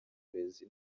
burezi